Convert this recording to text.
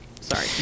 Sorry